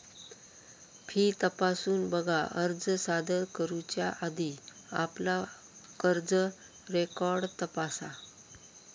fee तपासून बघा, अर्ज सादर करुच्या आधी आपला कर्ज रेकॉर्ड तपासा